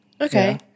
Okay